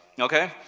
okay